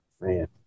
Man